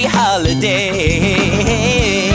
holiday